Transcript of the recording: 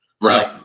right